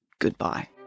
goodbye